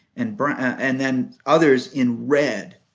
and but and then others in red.